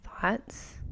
thoughts